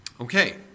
Okay